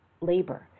labor